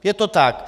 Je to tak.